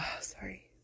sorry